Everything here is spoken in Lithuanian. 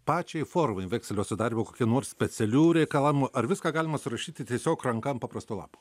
pačiai formai vekselio sudarymo kokia nors specialių reikalavimų ar viską galima surašyti tiesiog ranka ant paprasto lapo